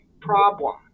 problem